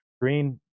Green